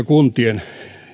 kuntien